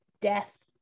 death